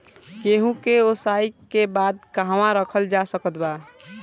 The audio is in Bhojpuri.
गेहूँ के ओसाई के बाद कहवा रखल जा सकत बा?